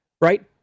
right